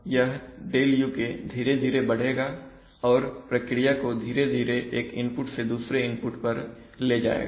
तो अब यह ΔUK धीरे धीरे बढ़ेगा और प्रक्रिया को धीरे धीरे एक इनपुट से दूसरे इनपुट पर ले जाएगा